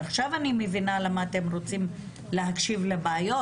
עכשיו אני מבינה למה אתם רוצים להקשיב לבעיות,